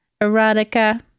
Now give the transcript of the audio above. Erotica